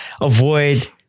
avoid